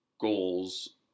goals